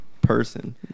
person